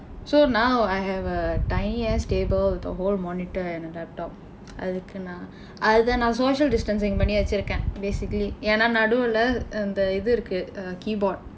so now I have a tiny ass table with the whole monitor and a laptop அதுக்கு நான் அதை நான்:athukku naan athai naan social distancing பண்ணி வச்சிருக்கேன்:panni vachsirukkeen basically ஏனா நடுவில அந்த இது இருக்கு:eenaa naduvila andtha ithu irukku err keyboard